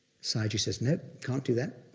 sayagyi says, nope, can't do that,